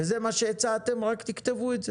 וזה מה שהצעתם, רק תכתבו את זה,